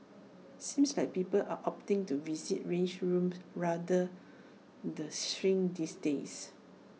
seems like people are opting to visit rage rooms rather the shrink these days